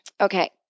Okay